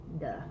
duh